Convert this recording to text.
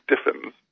stiffens